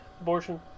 abortion